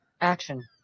Action